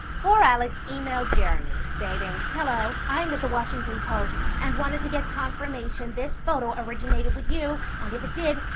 poor alex emailed jeremy, stating hello, i'm with the washington post, and wanted to get confirmation this photo originated with you, and if it did,